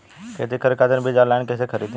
खेती करे खातिर बीज ऑनलाइन कइसे खरीदी?